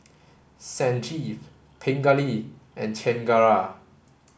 Sanjeev Pingali and Chengara